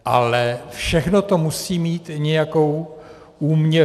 Ale všechno to musí mít nějakou úměru.